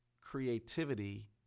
creativity